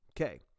Okay